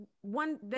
one